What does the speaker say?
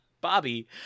Bobby